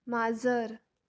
माजर